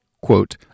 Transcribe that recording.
quote